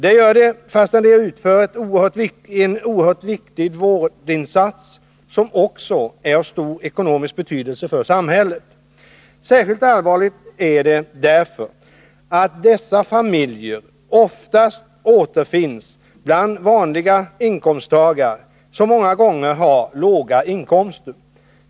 Det gör de fastän de utför en oerhört viktig vårdinsats, som också är av stor ekonomisk betydelse för samhället. Särskilt allvarligt är det därför att dessa familjer oftast återfinns bland vanliga inkomsttagare som många gånger har låga inkomster.